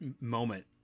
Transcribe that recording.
moment